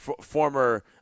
former